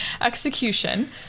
execution